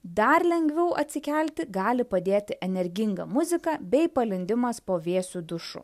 dar lengviau atsikelti gali padėti energinga muzika bei palindimas po vėsiu dušu